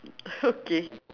okay